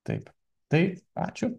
taip tai ačiū